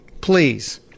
Please